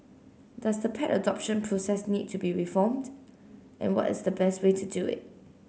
does the pet adoption process need to be reformed and what is the best way to do it